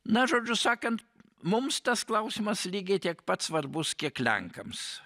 na žodžiu sakant mums tas klausimas lygiai tiek pat svarbus kiek lenkams